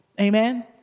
Amen